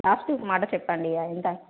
last ఒక మాట చెప్పండి ఎంత